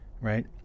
right